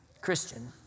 Christian